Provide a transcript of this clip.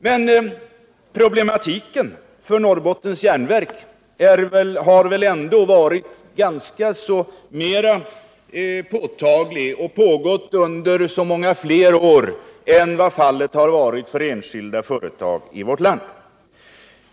Men problematiken för Norrbottens Järnverk har väl ändå varit påtagligare och pågått under så många fler år än som varit fallet när det gällt enskilda företag i vårt land.